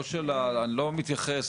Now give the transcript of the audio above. אני לא מתייחס,